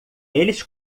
eles